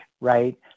right